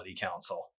Council